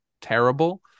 terrible